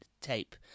tape